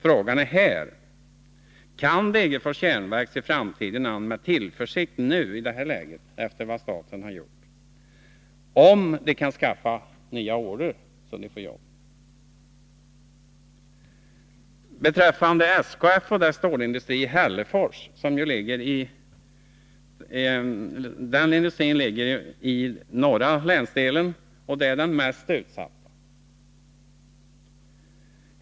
Frågan är här: Kan Degerfors järnverk nu, i det läge som inträtt efter statens åtgärd, se framtiden an med tillförsikt? Kan bolaget skaffa nya order, så att de anställda får arbete? SKF:s stålindustri i Hällefors ligger ju i länets norra och allra mest utsatta del.